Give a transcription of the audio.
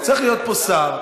צריך להיות פה שר.